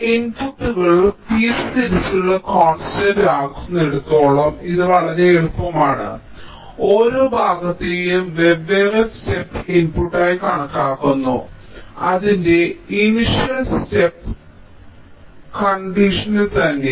ഇൻപുട്ടുകൾ പീസ് തിരിച്ചുള്ള കോൺസ്റ്റന്റ് ആകുന്നിടത്തോളം ഇത് വളരെ എളുപ്പമാണ് നിങ്ങൾ ഓരോ ഭാഗത്തെയും വെവ്വേറെ സ്റ്റെപ്പ് ഇൻപുട്ടായി കണക്കാക്കുന്നു അതിൻറെ ഇനിഷ്യൽ കണ്ടീഷനിൽ ത്തന്നെ